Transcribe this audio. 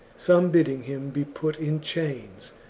some bidding him be put in chains,